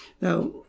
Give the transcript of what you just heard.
Now